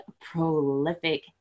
prolific